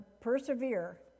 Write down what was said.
persevere